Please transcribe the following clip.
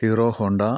Hero Honda